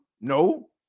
No